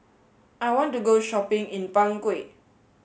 I want to go shopping in Bangui